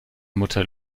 mutter